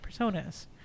personas